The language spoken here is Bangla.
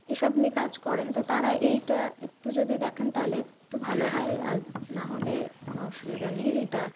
এসব নিয়ে কাজ করেন তো তারা এইটা একটু যদি দেখেন তাহলে একটু ভালো হয় আর নাহলে কোন অসুবিধা নেই এটা